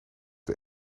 dan